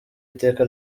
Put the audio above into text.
iteka